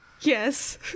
Yes